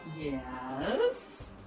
Yes